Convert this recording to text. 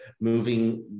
moving